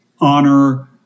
honor